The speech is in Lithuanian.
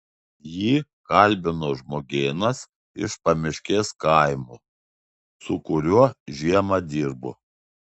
jį kalbino žmogėnas iš pamiškės kaimo su kuriuo žiemą dirbo